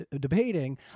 debating